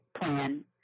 plan